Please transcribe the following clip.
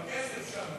אבל הכסף שם,